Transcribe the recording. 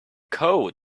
code